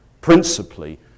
principally